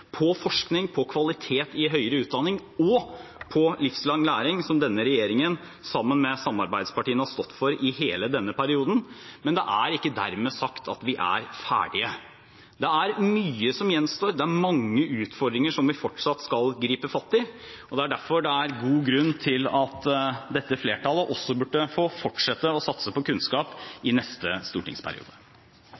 på forskning, på kvalitet i høyere utdanning og på livslang læring som denne regjeringen, sammen med samarbeidspartiene, har stått for i hele denne perioden. Men det er ikke dermed sagt at vi er ferdig. Det er mye som gjenstår, det er mange utfordringer som vi fortsatt skal gripe fatt i. Det er derfor det er god grunn til at dette flertallet også burde få fortsette å satse på kunnskap